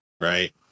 right